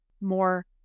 more